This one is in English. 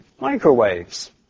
microwaves